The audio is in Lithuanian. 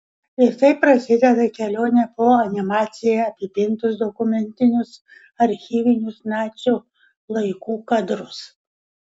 ir taip prasideda kelionė po animacija apipintus dokumentinius archyvinius nacių laikų kadrus